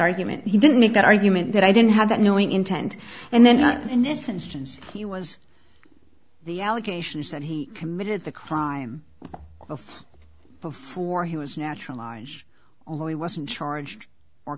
argument he didn't make that argument that i didn't have that knowing intent and then in this instance he was the allegation is that he committed the crime of before he was naturalized or he wasn't charged or